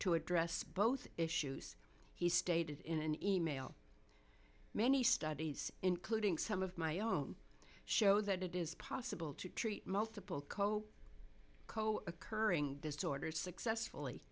to address both issues he stated in an e mail many studies including some of my own show that it is possible to treat multiple co co occurring disorders successfully